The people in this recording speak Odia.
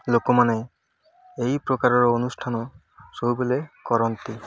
ଲୋକମାନେ ଏହି ପ୍ରକାରର ଅନୁଷ୍ଠାନ ସବୁବେଲେ କରନ୍ତି